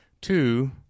Two